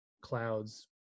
Cloud's